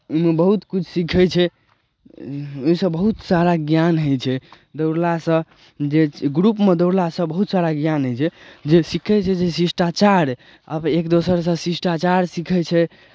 ओहिमे बहुत किछु सीखै छै ओहिसँ बहुत सारा ज्ञान होइ छै दौड़लासँ जे ग्रुपमे दौड़लासँ बहुत सारा ज्ञान होइ छै जे सीखै छै से शिष्टाचार आब एक दोसरसँ शिष्टाचार सीखै छै